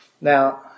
Now